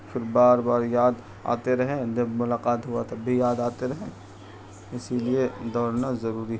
پھر بار بار یاد آتے رہے جب ملاقات ہوا تب بھی یاد آتے رہے اسی لیے دوڑنا ضروری